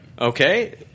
Okay